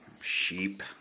sheep